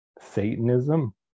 satanism